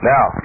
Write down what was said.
Now